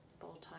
full-time